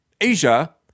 Asia